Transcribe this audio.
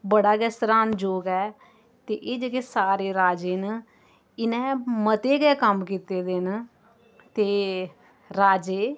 बड़ा गै सराहन जोग ऐ ते एह् जेह्के सारे राजे न इ'नें मते गै कम्म कीते दे न ते राजे